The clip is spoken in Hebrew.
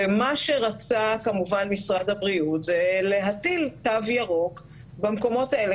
ומה שרצה כמובן משרד הבריאות זה להטיל תו ירוק במקומות האלה,